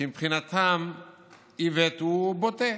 כי מבחינתם איווט הוא בוטה,